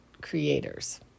creators